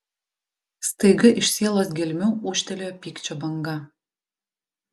staiga iš sielos gelmių ūžtelėjo pykčio banga